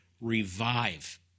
Revive